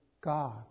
God